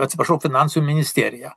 atsiprašau finansų ministerija